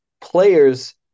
players